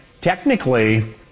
Technically